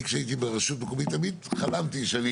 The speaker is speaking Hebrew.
אני כשהייתי ברשות מקומית תמיד חלמתי שאני